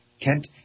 Kent